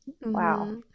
Wow